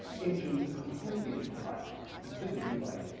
into a completely different light, and a completely new light.